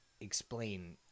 explain